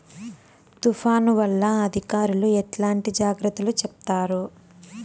తుఫాను వల్ల అధికారులు ఎట్లాంటి జాగ్రత్తలు చెప్తారు?